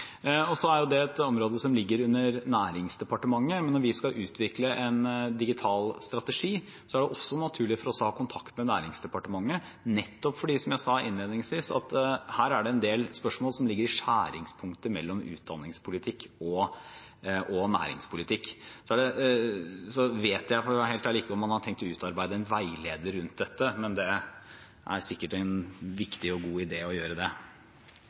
er jo et område som ligger under Nærings- og fiskeridepartementet. Men når vi skal utvikle en digital strategi, er det naturlig for oss å ha kontakt med Nærings- og fiskeridepartementet, nettopp fordi – som jeg sa innledningsvis – det her er en del spørsmål som ligger i skjæringspunktet mellom utdanningspolitikk og næringspolitikk. Jeg vet – for å være helt ærlig – ikke om man har tenkt å utarbeide en veileder til dette, men det er sikkert en viktig og god idé å gjøre det. Jeg takker nok en gang for svaret. Jeg vet hvor komplisert det